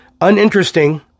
uninteresting